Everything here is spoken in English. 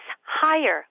higher